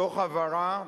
תוך הבהרה